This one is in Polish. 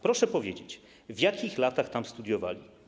Proszę powiedzieć, w jakich latach tam studiowali.